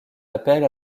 appel